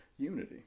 Unity